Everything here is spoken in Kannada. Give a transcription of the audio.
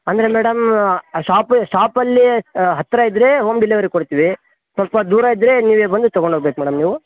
ಅಂದರೆ ಮೇಡಮ್ ಶಾಪ್ ಶಾಪಲ್ಲಿ ಹತ್ತಿರ ಇದ್ದರೆ ಹೋಮ್ ಡೆಲಿವರಿ ಕೊಡ್ತೀವಿ ಸ್ವಲ್ಪ ದೂರ ಇದ್ದರೆ ನೀವೆ ಬಂದು ತಗೊಂಡು ಹೋಗ್ಬೇಕು ಮೇಡಮ್ ನೀವು